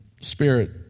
spirit